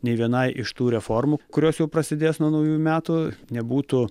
nei vienai iš tų reformų kurios jau prasidės nuo naujųjų metų nebūtų